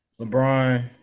LeBron